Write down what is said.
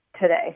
today